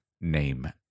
name